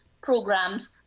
programs